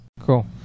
Cool